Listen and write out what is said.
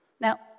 Now